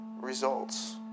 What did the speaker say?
results